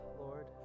Lord